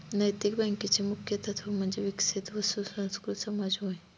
नैतिक बँकेचे मुख्य तत्त्व म्हणजे विकसित व सुसंस्कृत समाज होय